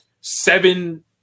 seven –